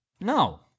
No